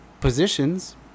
positions